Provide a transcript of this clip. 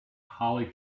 holly